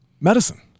medicine